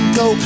go